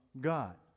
God